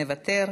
מוותר,